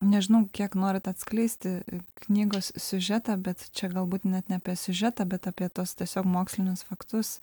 nežinau kiek norit atskleisti knygos siužetą bet čia galbūt net ne apie siužetą bet apie tuos tiesiog mokslinius faktus